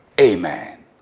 Amen